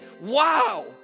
wow